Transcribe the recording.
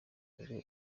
dore